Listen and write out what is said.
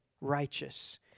righteous